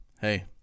hey